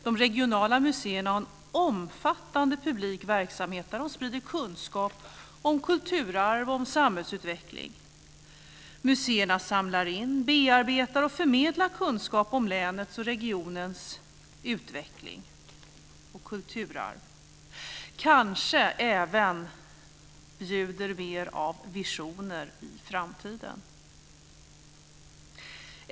De regionala museerna har en omfattande publik verksamhet där de sprider kunskap om kulturarv och om samhällsutveckling. Museerna samlar in, bearbetar och förmedlar kunskap om länets och regionens utveckling och kulturarv. De kanske även bjuder mer av visioner i framtiden.